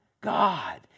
God